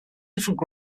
different